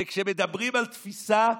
וכשמדברים על תפיסה,